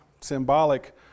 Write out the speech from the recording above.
symbolic